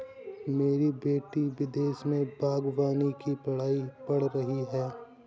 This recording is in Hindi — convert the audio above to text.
मेरी बेटी विदेश में बागवानी की पढ़ाई पढ़ रही है